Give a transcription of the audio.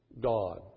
God